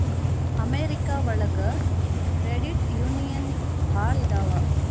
America ಒಳಗ credit union ಭಾಳ ಇದಾವ